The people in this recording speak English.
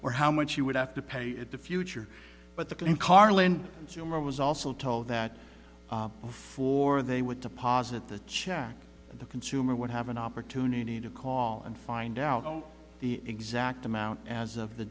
or how much she would have to pay at the future but the claim carlin was also told that before they would deposit the check the consumer would have an opportunity to call and find out the exact amount as of the